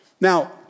Now